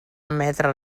emetre